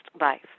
life